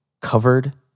covered